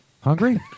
Hungry